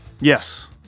Yes